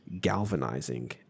galvanizing